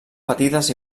petites